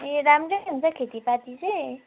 ए राम्रै हुन्छ खेतीपाती चाहिँ